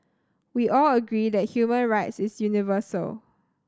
we all agree that human rights is universal